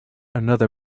another